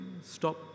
stop